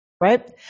right